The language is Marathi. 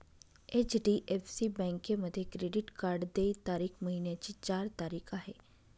एच.डी.एफ.सी बँकेमध्ये क्रेडिट कार्ड देय तारीख महिन्याची चार तारीख आहे